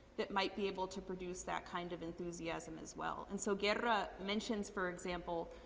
that might be able to produce that kind of enthusiasm as well. and so, guerra mention, for example,